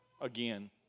again